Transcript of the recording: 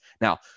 Now